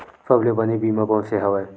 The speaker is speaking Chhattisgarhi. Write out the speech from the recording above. सबले बने बीमा कोन से हवय?